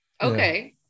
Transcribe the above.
Okay